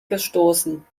gestoßen